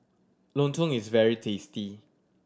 Lontong is very tasty